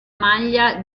maglia